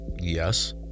Yes